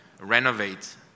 renovate